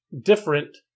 different